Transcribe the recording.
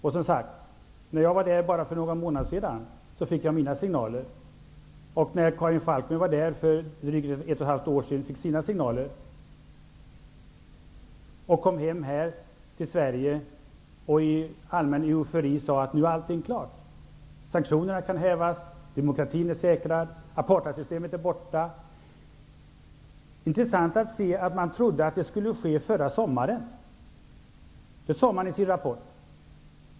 När jag var i Sydafrika för bara någon månad sedan fick jag en signal. När Karin Falkmer var i Sydafrika för drygt ett och ett halvt år sedan fick hon en annan signal. Hon kom hem till Sverige och sade i allmän eufori att nu är allting klart, sanktionerna kan hävas, demokratin är säkrad och apartheidsystemet är borta. Det är intressant att se att man trodde att det här skulle ske förra sommaren. Det sade man i sin rapport.